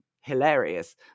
hilarious